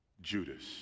Judas